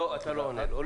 לא, אתה לא עונה לו.